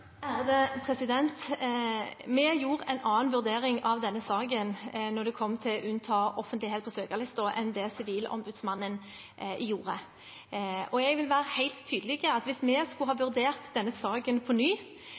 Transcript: Vi gjorde en annen vurdering av denne saken når det gjaldt å unnta navn på søkerlisten fra offentligheten enn det Sivilombudsmannen gjorde. Og jeg vil være helt tydelig: Hvis vi skulle ha vurdert denne saken på ny,